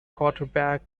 quarterback